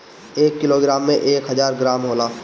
एक किलोग्राम में एक हजार ग्राम होला